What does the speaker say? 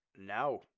Now